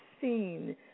seen